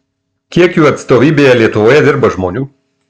kiek jų atstovybėje lietuvoje dirba žmonių